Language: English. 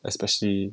especially